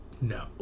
no